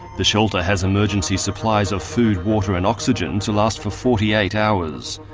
the shelter has emergency supplies of food, water and oxygen to last for forty eight hours.